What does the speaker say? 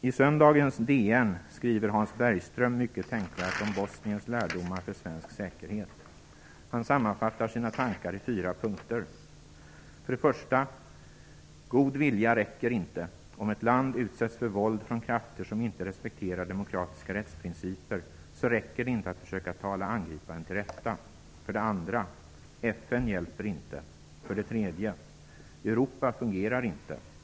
I söndagens DN skriver Hans Bergström mycket tänkvärt om "Bosniens lärdomar för svensk säkerhet". Han sammanfattar sina tankar i fyra punkter: 1. "God vilja räcker inte. Om ett land utsätts för våld från krafter som inte respekterar demokratiska rättsprinciper så räcker det inte att försöka tala angriparna till rätta." 2. "FN hjälper inte." 3. "Europa fungerar inte.